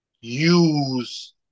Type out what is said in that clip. use